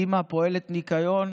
אימא פועלת ניקיון